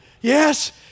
Yes